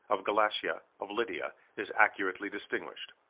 of galatia, of lydia, is accurately distinguished.